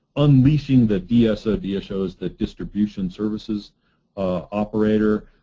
unleashing the dso dso is the distribution services operator.